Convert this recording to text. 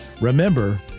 remember